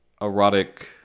erotic